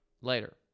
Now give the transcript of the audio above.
Later